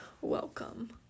welcome